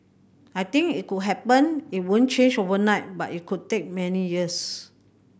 I think it could happen it won't change overnight but it could take many years